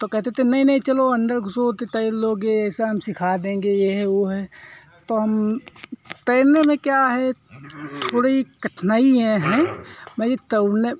तो कहते थे नहीं नहीं चलो अंदर घुसो तो तैर लोगे ऐसा हम सिखा देंगे ये है वो है तो हम तैरने में क्या है थोड़ी कठिनाईयां है बाकी तैरने